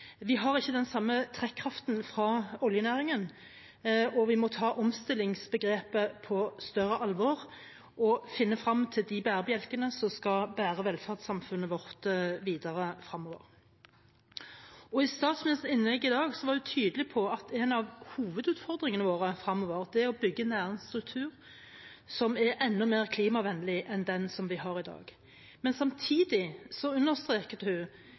Vi har ikke den samme trekkraften fra oljenæringen, og vi må ta omstillingsbegrepet på større alvor og finne frem til de bærebjelkene som skal bære velferdssamfunnet vårt videre fremover. I statsministerens innlegg i dag var hun tydelig på at en av hovedutfordringene våre fremover er å bygge en næringsstruktur som er enda mer klimavennlig enn den vi har i dag. Men samtidig understreket hun